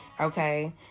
okay